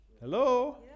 Hello